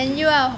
mm